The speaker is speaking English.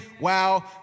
wow